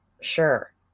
Sure